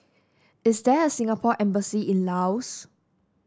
is there a Singapore Embassy in Laos